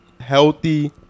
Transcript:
healthy